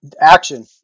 action